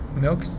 Milk